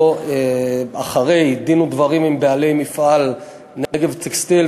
אחרי דין ודברים עם בעלי מפעל "נגב טקסטיל",